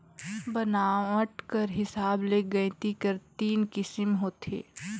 बनावट कर हिसाब ले गइती कर तीन किसिम होथे